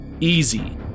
Easy